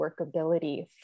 workability